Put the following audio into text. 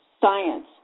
science